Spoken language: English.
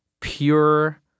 pure